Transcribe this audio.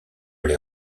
les